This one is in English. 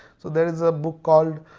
so there is a book called